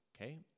Okay